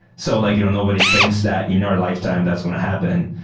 so like you know nobody thinks that in our lifetime that's going to happen.